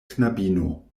knabino